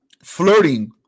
flirting